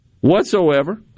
whatsoever